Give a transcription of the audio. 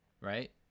right